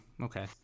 okay